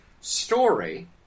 story